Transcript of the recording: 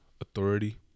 Authority